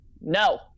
no